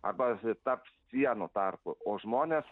arba tarp sienų tarpų o žmonės